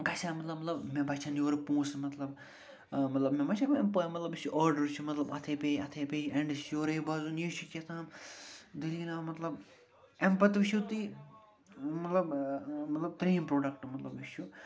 گژھِ ہہ مطلب مطلب مےٚ بچِہن یورٕ پونٛسہٕ مطلب مطلب مےٚ ما چھِ پَے مطلب یُس یہِ آرڈر چھُ مطلب اَتھَے پے اَتھَے پے اٮ۪نٛڈس یورَے بَزُن یے چھُ کیٛاہہ تام دٔلیٖلا مطلب اَمہِ پتہٕ وٕچھو تُہۍ مطلب مطلب ترٛیٚیِم پرٛوڈکٹ مطلب مےٚ چھُ